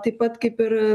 taip pat kaip ir